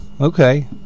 okay